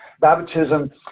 baptism